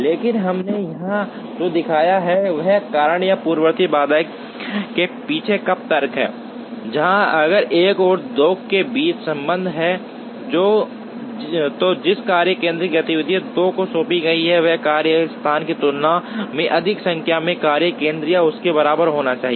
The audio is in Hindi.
लेकिन हमने यहां जो दिखाया है वह कारण या पूर्ववर्ती बाधाओं के पीछे का तर्क है जहां अगर 1 और 2 के बीच संबंध है तो जिस कार्य केंद्र को गतिविधि 2 सौंपी गई है वह कार्यस्थान की तुलना में अधिक संख्या में कार्य केंद्र या उसके बराबर होना चाहिए